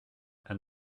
and